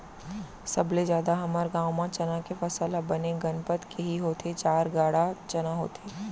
सबले जादा हमर गांव म चना के फसल ह बने गनपत के ही होथे चार गाड़ा चना होथे